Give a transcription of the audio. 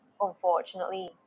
unfortunately